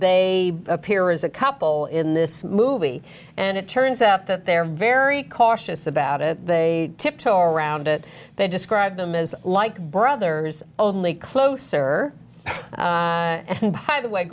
they appear as a couple in this movie and it turns out that they're very cautious about it they tiptoe around it they described them as like brothers only closer and the way